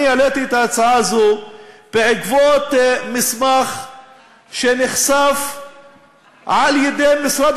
אני העליתי את ההצעה הזו בעקבות מסמך שנחשף על-ידי משרד